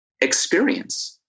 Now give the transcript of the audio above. experience